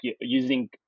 using